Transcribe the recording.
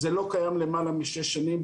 זה לא קיים למעלה משש שנים,